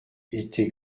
était